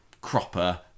Cropper